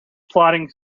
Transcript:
plodding